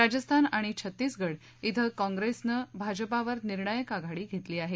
राजस्थान आणि छत्तीसगड इथं काँप्रेसनं भाजपावर निर्णायक आघाडी घेतली आहे